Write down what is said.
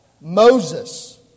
Moses